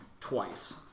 twice